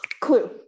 clue